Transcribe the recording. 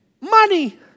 money